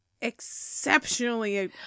exceptionally